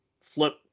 flip